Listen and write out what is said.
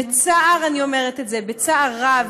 בצער אני אומרת את זה, בצער רב.